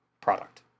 product